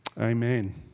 Amen